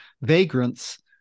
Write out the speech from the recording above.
vagrants